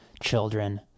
children